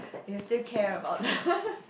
you will still care about